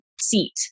seat